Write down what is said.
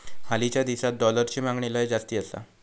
हालीच्या दिसात डॉलरची मागणी लय जास्ती आसा